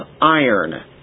iron